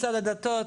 משרד הדתות,